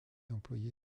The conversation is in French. employée